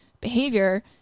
behavior